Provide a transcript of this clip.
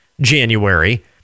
January